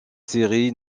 séries